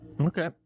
Okay